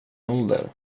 ålder